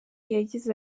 yagize